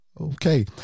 Okay